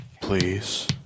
Please